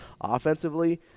Offensively